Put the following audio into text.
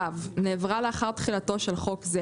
(ו) נעברה לאחר תחילתו של חוק זה,